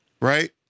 Right